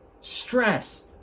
stress